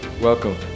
Welcome